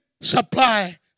supply